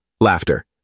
Laughter